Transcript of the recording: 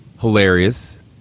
Hilarious